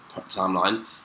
timeline